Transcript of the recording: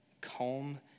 calm